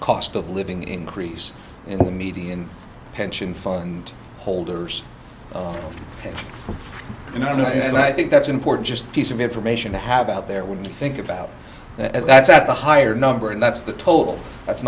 cost of living increase in the median pension fund holders you know i think that's important just piece of information to have out there when you think about it that's at the higher number and that's the total that's